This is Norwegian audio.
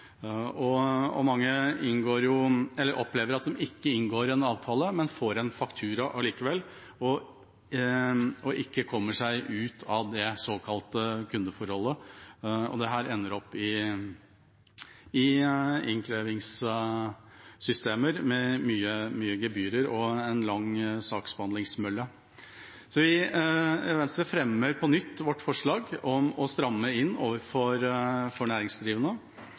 Mange opplever at de ikke inngår en avtale, men at de får en faktura likevel, og de kommer seg ikke ut av det såkalte kundeforholdet. Dette ender i innkrevingssystemer med mye gebyrer og en lang saksbehandlingsmølle. Vi i Venstre fremmer på nytt vårt forslag om å stramme inn overfor næringsdrivende for å få bukt med kataloghaier, som vi fortsatt opplever er en utfordring for mange små næringsdrivende.